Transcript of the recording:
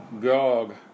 Gog